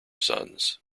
sons